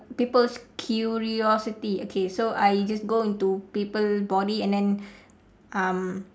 people's curiosity okay so I just go into people body and then um